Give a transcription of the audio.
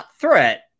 threat